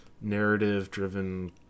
narrative-driven